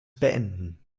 beenden